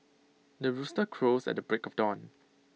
the rooster crows at the break of dawn